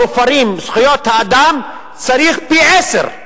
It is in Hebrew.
מופרות זכויות האדם, צריך פי-עשרה